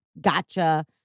gotcha